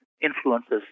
influences